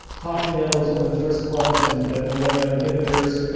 tofranil was one of the first ones, and the yeah mao inhibitors.